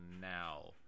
now